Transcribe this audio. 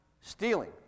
stealing